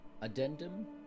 Addendum